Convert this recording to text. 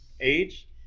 Age